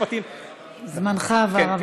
זמנך עבר,